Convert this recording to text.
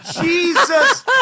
Jesus